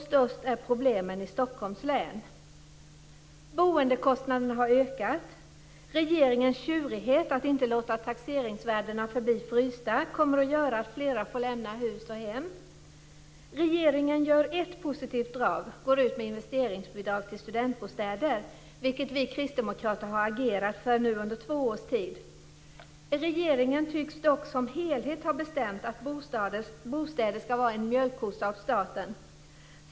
Störst är problemen i Boendekostnaderna har ökat. Regeringens tjurighet att inte låta taxeringsvärdena förbli frysta kommer att göra att flera får lämna hus och hem. Regeringen gör ett positivt drag - går ut med investeringsbidrag till studentbostäder, vilket vi kristdemokrater har agerat för nu under två års tid. Regeringen tycks dock som helhet ha bestämt att bostäder ska vara en mjölkkossa åt staten.